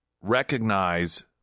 recognize